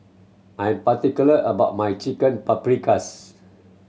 I'm particular about my Chicken Paprikas